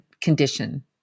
condition